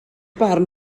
barn